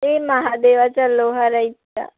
ते महादेवाच्या लोहार आळीच्या